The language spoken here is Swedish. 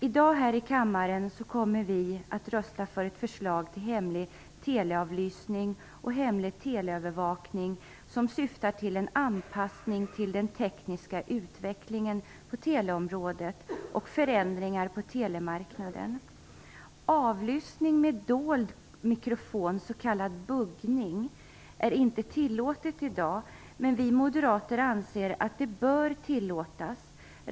I dag kommer vi här i kammaren att rösta för ett förslag till hemlig teleavlyssning och teleövervakning som syftar till en anpassning till den tekniska utvecklingen på teleområdet och förändringar på telemarknaden. Avlyssning med dold mikrofon, s.k. buggning, är inte tillåtet i dag, men vi moderater anser att detta bör tillåtas.